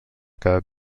quedat